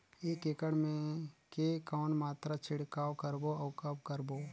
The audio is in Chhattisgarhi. एक एकड़ मे के कौन मात्रा छिड़काव करबो अउ कब करबो?